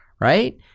right